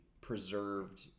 preserved